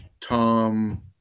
tom